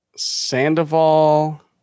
Sandoval